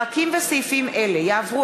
פרקים וסעיפים אלה יעברו,